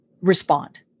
respond